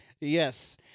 yes